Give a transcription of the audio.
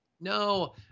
No